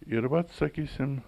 ir vat sakysim